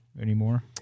anymore